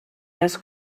les